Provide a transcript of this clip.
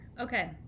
okay